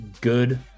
good